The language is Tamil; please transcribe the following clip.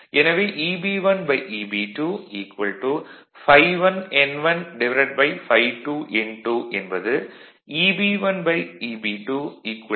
எனவே Eb1Eb2 ∅1n1∅2n2 என்பது Eb1Eb2 n1n2 x என வரும்